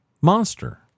monster